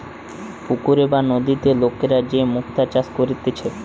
পুকুরে বা নদীতে লোকরা যে মুক্তা চাষ করতিছে